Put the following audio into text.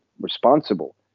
responsible